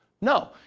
No